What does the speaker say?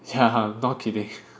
yeah not kidding